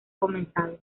comenzado